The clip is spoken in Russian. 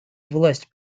власть